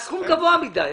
הסכום גבוה מדי.